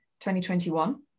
2021